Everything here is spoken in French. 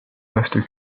reste